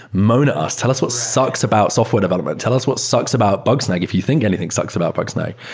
moan us. tell us what sucks about software development. tell us what sucks about bugsnag if you think anything sucks about bugsnag.